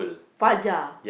Fajar